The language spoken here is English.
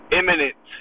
imminent